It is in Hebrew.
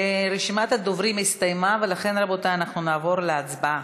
רשימת הדוברים הסתיימה, לכן אנחנו נעבור להצבעה.